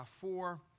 four